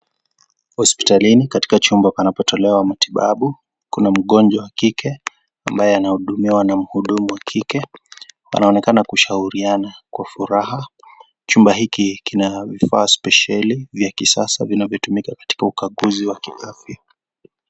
Hospitalini katika chumba panapotolewa matibabu kuna mgonjwa wa kike ambaye anahudumiwa na mhudumu wa kike, wanaonekana kushauriana kwa furaha, chumba hiki kina vifaa spesheli vya kisasa vinavyotumika katika ukaguzi wa kiafya.